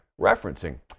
referencing